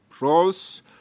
roles